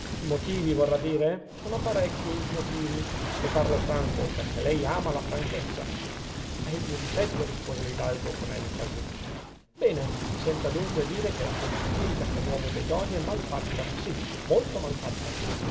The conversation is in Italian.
i motivi vorrà dire sono parecchi i motivi le parlo franco perchè lei ama la franchezza è il mio difetto rispose l'hidalgo con enfasi bene si senta dunque dire che la polizia in castelnuovo bedonia è mal fatta sì molto mal fatta